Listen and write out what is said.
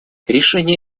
решение